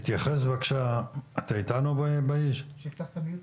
אני שמח להשתתף בדיון,